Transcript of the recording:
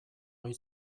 ohi